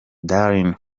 darren